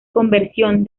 conversión